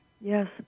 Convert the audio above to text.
Yes